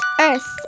earth